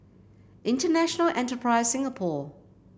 International Enterprise Singapore